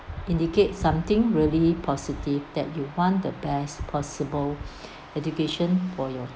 indicate something really positive that you want the best possible education for your